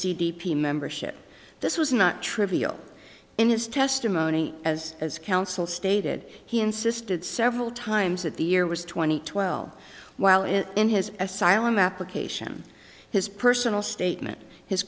c d p membership this was not trivial in his testimony as as counsel stated he insisted several times that the year was two thousand and twelve while it in his asylum application his personal statement his